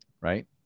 Right